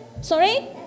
Sorry